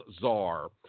czar